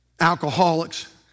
alcoholics